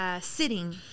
sitting